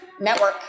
Network